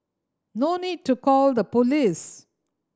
no need to call the police